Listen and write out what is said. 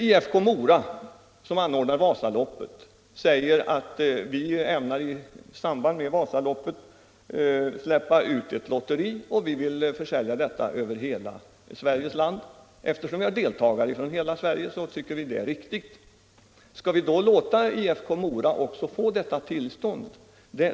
IFK Mora, som anordnar Vasaloppet, önskar i samband med detta anordna ett lotteri och försälja lotterna över hela landet. Man menar från föreningen att detta är riktigt, eftersom man har deltagare i tävlingen från hela Sverige. Skall vi också låta IFK Mora få ett sådant tillstånd?